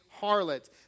harlot